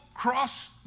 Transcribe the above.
Cross